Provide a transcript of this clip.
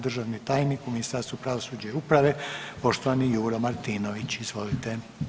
Državni tajnik u Ministarstvu pravosuđa i uprave poštovani Juro Martinović, izvolite.